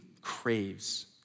craves